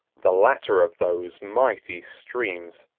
the latter of those mighty streams,